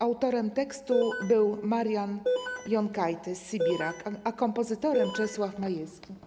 Autorem tekstu jest Marian Jonkajtys, sybirak, a kompozytorem Czesław Majewski.